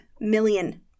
million